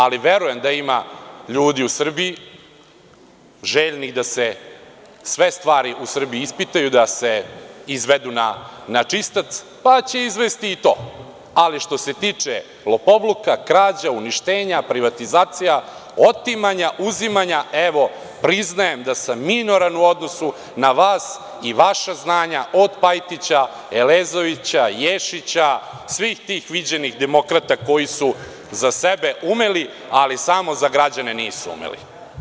Ali verujem da ima ljudi u Srbiji željnih da se sve stvari u Srbiji ispitaju, da se izvedu na čistac, pa će izvesti i to, ali što se tiče lopovluka, krađa, uništenja privatizacija, otimanja, uzimanja, evo priznajem da sam minoran u odnosu na vas i vaša znanja od Pajtića, Elezovića, Ješića, svih tih viđenih demokrata koji su za sebe umeli, ali samo za građane nisu umeli.